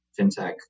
fintech